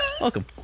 Welcome